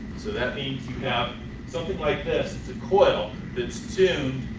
so that means you have something like this. it's a coil that's tuned